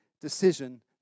decision